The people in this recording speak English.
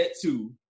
two